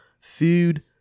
food